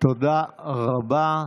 תודה רבה.